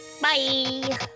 Bye